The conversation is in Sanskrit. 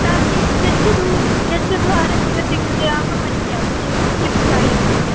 तर्हि गच्छतु गच्छतु आरक्षकस्य कृते अहं पश्यामि किं किं करोति इति